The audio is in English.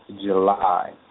July